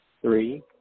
three